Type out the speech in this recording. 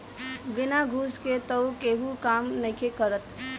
बिना घूस के तअ केहू काम नइखे करत